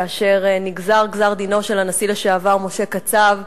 כאשר נגזר דינו של הנשיא לשעבר משה קצב,